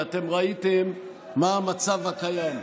כי אתם ראיתם מה המצב הקיים.